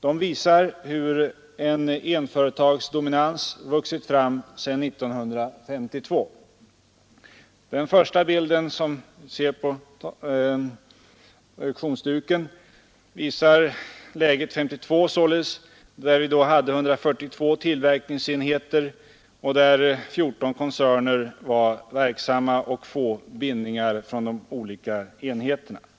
De visar hur en ettföretagsdominans vuxit fram sedan 1952. Den första bilden visar läget 1952, då vi hade 142 tillverkningsenheter och 14 koncerner var verksamma. Få bindningar mellan de olika enheterna förelåg.